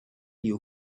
you